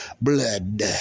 Blood